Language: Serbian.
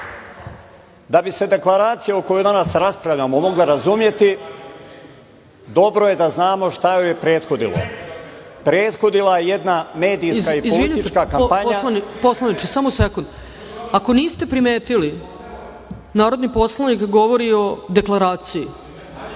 bi se deklaracija o kojoj danas raspravljamo mogla razumeti dobro je da znamo šta joj je prethodilo, prethodila je jedna medijska i politička kampanja… **Ana Brnabić** Izvinite, poslaniče, samo sekund, ako niste primetili narodni poslanik govori o deklaraciji